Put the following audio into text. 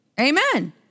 Amen